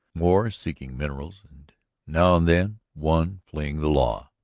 more seeking minerals, and now and then one, fleeing the law,